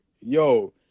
Yo